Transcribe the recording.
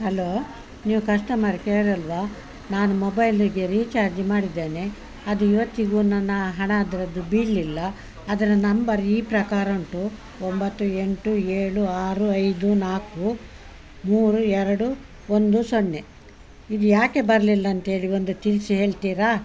hello ನೀವು customer care ಅಲ್ಲವಾ ನಾನು ಮೊಬೈಲಿಗೆ ರೀಚಾರ್ಜಿ ಮಾಡಿದ್ದೇನೆ ಅದು ಇವತ್ತಿಗೂ ನನ್ನ ಹಣ ಅದರದ್ದು ಬೀಳಲಿಲ್ಲ ಅದರ ನಂಬರ್ ಈ ಪ್ರಕಾರ ಉಂಟು ಒಂಬತ್ತು ಎಂಟು ಏಳು ಆರು ಐದು ನಾಲ್ಕು ಮೂರು ಎರಡು ಒಂದು ಸೊನ್ನೆ ಇದು ಯಾಕೆ ಬರಲಿಲ್ಲ ಅಂತ್ಹೇಳಿ ಒಂದು ತಿಳಿಸಿ ಹೇಳ್ತೀರಾ